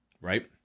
Right